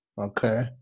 Okay